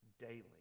daily